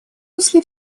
после